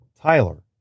Tyler